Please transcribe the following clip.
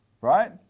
right